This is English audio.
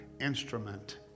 instrument